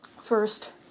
first